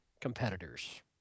competitors